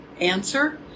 answer